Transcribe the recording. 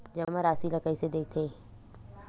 जमा राशि ला कइसे देखथे?